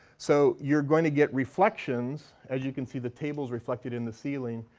so you're going to get reflections. as you can see the table's reflected in the ceiling.